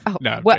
No